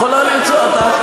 אני רוצה, את יכולה לרצות.